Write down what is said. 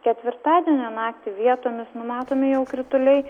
ketvirtadienio naktį vietomis numatomi krituliai